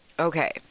Okay